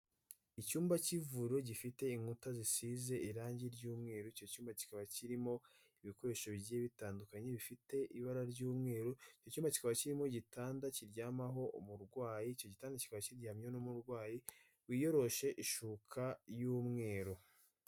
Icyumba cy'ivuriro gifite inkuta zisize irangi ry'umweru, icyo cyumba kikaba kirimo ibikoresho bigiye bitandukanye bifite ibara ry'umweru, icyumba kikaba kirimo igitanda kiryamaho umurwayi icyo gitanda kikaba kiryamyeho n'umurwayi wiyoroshe ishuka y'umweru.